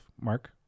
Mark